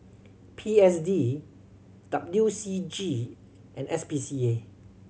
P S D W C G and S P C A